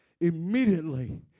immediately